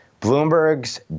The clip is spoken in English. Bloomberg's